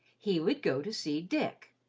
he would go to see dick.